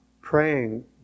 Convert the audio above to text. Praying